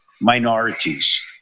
minorities